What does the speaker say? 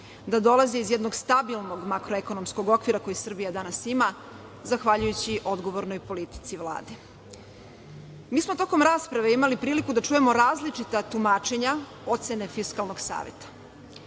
da dolaze iz jednog stabilnog makroekonomskog okvira koji Srbija danas ima zahvaljujući odgovornoj politici Vlade. Mi smo tokom rasprave imali priliku da čujemo različita tumačenja, ocene Fiskalnog saveta.